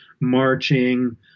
marching